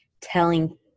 telling